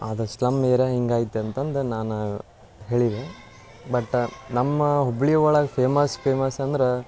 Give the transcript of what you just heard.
ಅದು slum area ಹೆಂಗೈತೆ ಅಂತಂದು ನಾನೇ ಹೇಳೀನಿ ಬಟ್ ನಮ್ಮ ಹುಬ್ಬಳ್ಳಿ ಒಳಗೆ ಫೇಮಸ್ ಫೇಮಸ್ ಅಂದರೆ